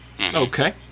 Okay